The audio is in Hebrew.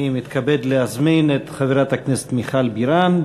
אני מתכבד להזמין את חברת הכנסת מיכל בירן.